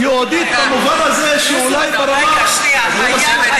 יהודית, במובן הזה שאולי ברמה, אז אני מסביר לך.